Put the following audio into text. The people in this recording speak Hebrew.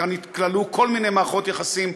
כאן התגלו כל מיני מערכות יחסים,